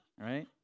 right